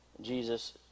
Jesus